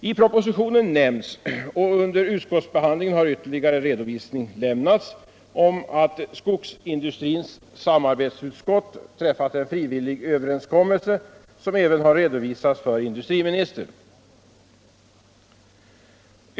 I propositionen nämns — och under utskottsbehandlingen har ytterligare redovisning härom lämnats — att skogsindustrins samarbetsutskott träffat en frivillig överenskommelse som även redovisats för industriministern.